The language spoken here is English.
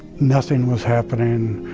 nothing was happening,